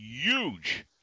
Huge